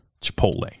Chipotle